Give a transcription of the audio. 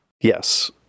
Yes